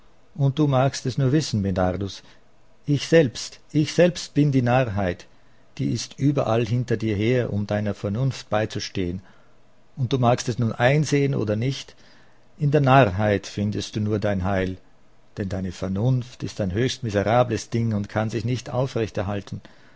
und du magst es nur wissen medardus ich selbst ich selbst bin die narrheit die ist überall hinter dir her um deiner vernunft beizustehen und du magst es nun einsehen oder nicht in der narrheit findest du nur dein heil denn deine vernunft ist ein höchst miserables ding und kann sich nicht aufrecht erhalten